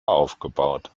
aufgebaut